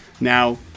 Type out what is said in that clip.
Now